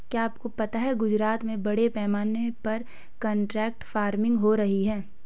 क्या आपको पता है गुजरात में बड़े पैमाने पर कॉन्ट्रैक्ट फार्मिंग हो रही है?